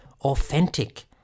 authentic